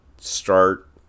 start